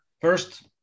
first